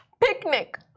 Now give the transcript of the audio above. Picnic